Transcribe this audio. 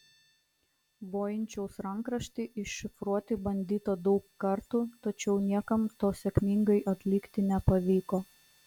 voiničiaus rankraštį iššifruoti bandyta daug kartų tačiau niekam to sėkmingai atlikti nepavyko